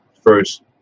first